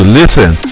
listen